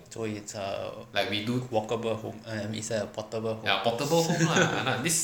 so it's a walkable home err portable home